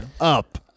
up